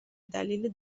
دلیل